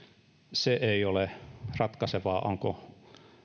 se ei ole ratkaisevaa onko